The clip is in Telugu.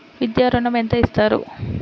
విద్యా ఋణం ఎంత ఇస్తారు?